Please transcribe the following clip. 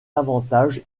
avantages